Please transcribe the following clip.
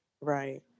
Right